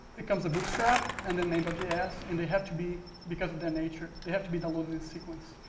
it comes the boostrap and then main but js, and they have to be, because of their nature, they have to be downloaded in sequence.